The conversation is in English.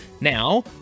Now